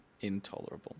intolerable